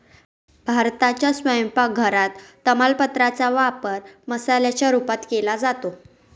भारताच्या स्वयंपाक घरात तमालपत्रा चा वापर मसाल्याच्या रूपात केला जातो